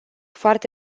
foarte